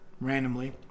randomly